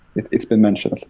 it's it's been mentioned.